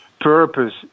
purpose